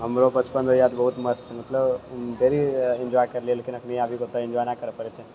हमरो बचपन रहै बहुत मस्त मतलब ढ़ेरी इन्जॉय करलियै लेकिन अखनि अभी ओते इन्जॉय नहि करै पड़ै छै